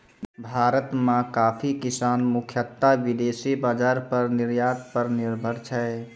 भारत मॅ कॉफी किसान मुख्यतः विदेशी बाजार पर निर्यात पर निर्भर छै